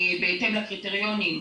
בהתאם לקריטריונים,